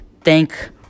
thank